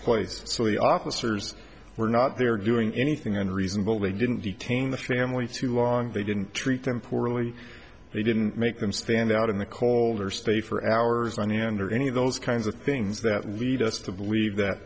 the officers were not there doing anything and reasonable they didn't detain the family too long they didn't treat them poorly they didn't make them stand out in the cold or stay for hours on end or any of those kinds of things that lead us to believe that